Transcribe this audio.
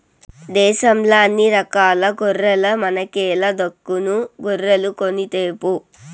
దేశంల అన్ని రకాల గొర్రెల మనకేల దక్కను గొర్రెలు కొనితేపో